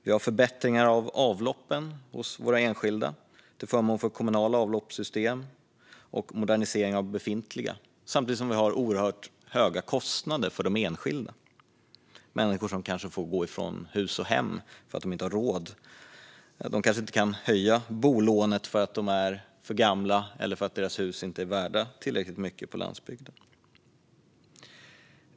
Vi har förbättringar av avloppen hos enskilda till förmån för kommunala avloppssystem och modernisering av befintliga samtidigt som vi har oerhört höga kostnader för de enskilda. Människor får kanske gå från hus och hem för att de inte har råd. De kanske inte kan höja bolånet eftersom de är för gamla eller eftersom deras hus på landsbygden inte är värt tillräckligt mycket.